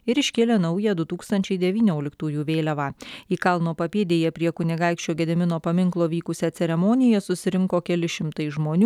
ir iškėlė naują du tūkstančiai devynioliktųjų vėliavą į kalno papėdėje prie kunigaikščio gedimino paminklo vykusią ceremoniją susirinko keli šimtai žmonių